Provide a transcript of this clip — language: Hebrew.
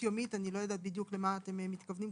יומית אני לא יודעת בדיוק למה אתם מתכוונים,